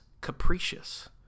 capricious